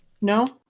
No